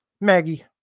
Maggie